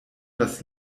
das